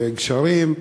גשרים,